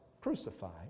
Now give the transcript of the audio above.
crucified